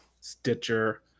Stitcher